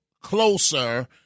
closer